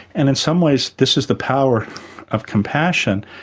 and in some ways this is the power of compassion,